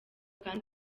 kandi